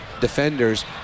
defenders